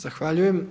Zahvaljujem.